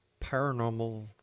paranormal